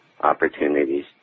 opportunities